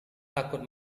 takut